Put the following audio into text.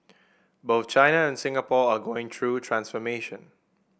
both China and Singapore are going through transformation